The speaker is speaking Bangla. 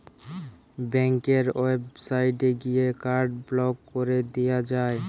ব্যাংকের ওয়েবসাইটে গিয়ে কার্ড ব্লক কোরে দিয়া যায়